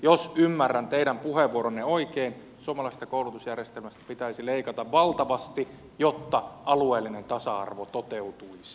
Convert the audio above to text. jos ymmärrän teidän puheenvuoronne oikein suomalaisesta koulutusjärjestelmästä pitäisi leikata valtavasti jotta alueellinen tasa arvo toteutuisi